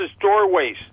doorways